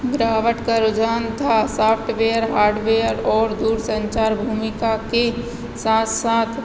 गिरावट का रुझान था सॉफ्टवेयर हार्डवेयर और दूर संचार भूमिका के साथ साथ